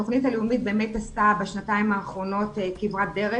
התוכנית הלאומית באמת עשתה בשנתיים האחרונות כברת דרך.